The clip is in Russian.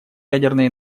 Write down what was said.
ядерной